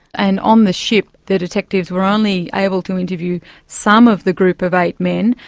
and on the ship, the detectives were only able to interview some of the group of eight men.